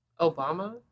Obama